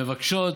המבקשות